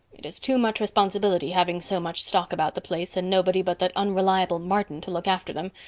it is too much responsibility having so much stock about the place and nobody but that unreliable martin to look after them.